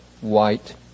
white